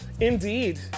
indeed